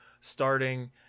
starting